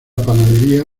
panadería